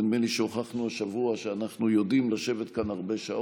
ונדמה לי שהוכחנו השבוע שאנחנו יודעים לשבת כאן הרבה שעות.